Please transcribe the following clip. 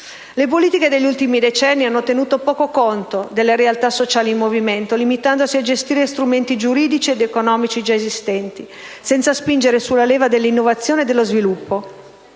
Le politiche degli ultimi decenni hanno tenuto poco conto delle realtà sociali in movimento, limitandosi a gestire gli strumenti giuridici ed economici già esistenti, senza spingere sulla leva dell'innovazione e dello sviluppo.